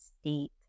state